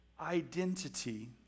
identity